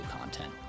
content